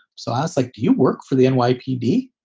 so i was like, do you work for the nypd?